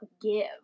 give